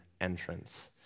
entrance